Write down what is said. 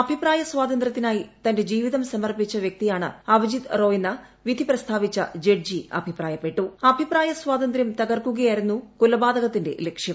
അഭിപ്രായ സ്വാതന്ത്ര്യത്തിനായി തന്റെ ജീവിതം സമർപ്പിച്ച വൃക്തിയാണ് അവിജിത് റോയ് എന്ന് വിധി് പ്രസ്താവിച്ച സ്വാതന്ത്രൃം തകർക്കുകയായിരുന്നു കൊലപാതകത്തിന്റെ ലക്ഷ്യം